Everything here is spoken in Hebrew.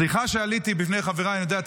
סליחה בפני חבריי שעליתי.